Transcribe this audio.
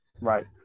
Right